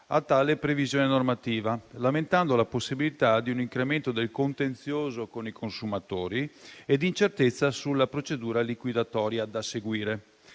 a tale previsione normativa, lamentando la possibilità di un incremento del contenzioso con i consumatori e incertezza sulla procedura liquidatoria da seguire.